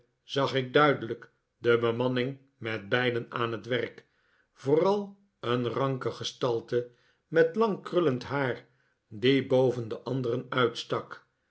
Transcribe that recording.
zag ik duidelijk de bemanning met bijlen aan het werk vooral een ranke gestalte met lang krullend haar die boven de anderen uitstak